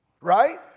Right